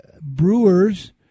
Brewers